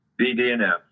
BDNF